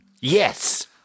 Yes